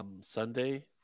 Sunday